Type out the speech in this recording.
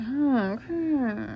Okay